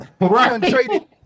Right